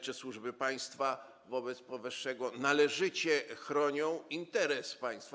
Czy służby państwa wobec powyższego należycie chronią interes państwa?